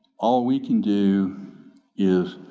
all we can do is